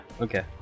okay